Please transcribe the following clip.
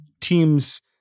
teams